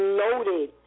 loaded